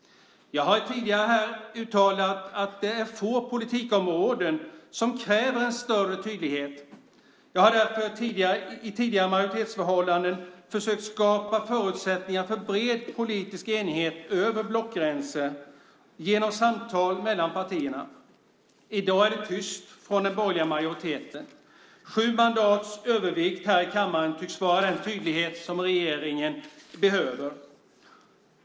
Jag har tidigare uttalat att det är få politikområden som kräver en större tydlighet. Jag har därför i tidigare majoritetsförhållanden försökt skapa förutsättningar för bred politisk enighet över blockgränser genom samtal mellan partierna. I dag är det tyst från den borgerliga majoriteten. Sju mandats övervikt här i kammaren tycks vara den tydlighet som regeringen behöver.